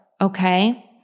Okay